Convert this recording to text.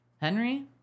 Henry